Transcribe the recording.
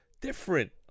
different